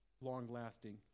long-lasting